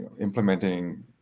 implementing